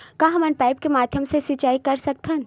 का हमन पाइप के माध्यम से सिंचाई कर सकथन?